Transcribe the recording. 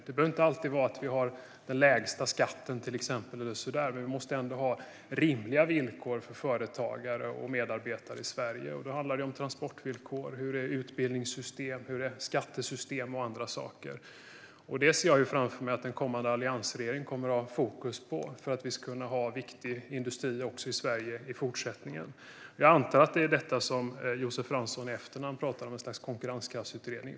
Det behöver inte alltid vara att vi har den lägsta skatten, till exempel, men vi måste ha rimliga villkor för företagare och medarbetare i Sverige. Då handlar det om transportvillkor, utbildningssystem, skattesystem och andra saker. Det ser jag framför mig att en kommande alliansregering kommer att ha fokus på för att vi ska kunna ha viktig industri i Sverige också i fortsättningen. Jag antar att det är detta som Josef Fransson är ute efter när han talar om någon sorts konkurrenskraftsutredning.